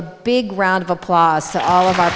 a big round of applause to all of